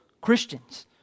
Christians